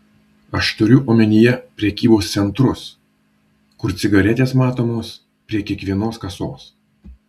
aš turiu omenyje prekybos centrus kur cigaretės matomos prie kiekvienos kasos